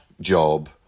job